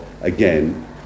again